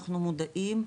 אנחנו מודעים,